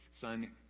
Son